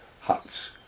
huts